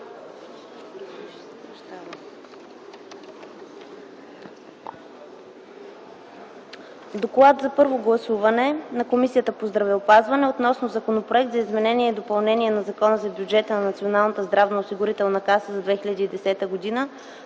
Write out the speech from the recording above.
„ДОКЛАД за първо гласуване на Комисията по здравеопазване относно Законопроект за изменение и допълнение на Закона за бюджета на Националната здравноосигурителна каса за 2010 г.,